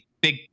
big